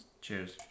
Cheers